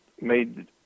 made